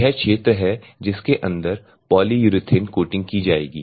यह क्षेत्र है जिसके अंदर पॉलीयुरेथेन कोटिंग की जाएगी